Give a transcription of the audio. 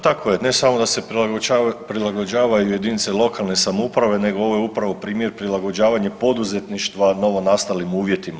Tako je, ne samo da se prilagođavaju jedinice lokalne samouprave nego ovo je upravo primjer prilagođavanje poduzetništva novonastalim uvjetima.